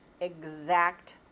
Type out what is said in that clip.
exact